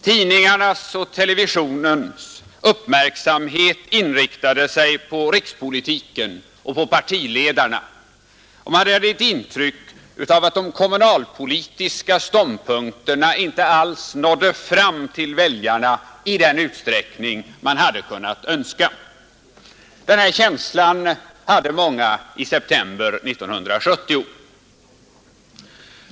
Tidningarnas och televisionens uppmärksamhet inriktades på rikspolitiken och på partiledarna, och man hade ett intryck av att de kommunalpolitiska ståndpunkterna inte alls nådde fram till väljarna i den utsträckning man hade kunnat önska. Denna känsla hade många i september 1970.